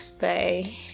Bye